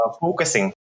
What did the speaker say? focusing